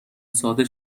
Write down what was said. ساده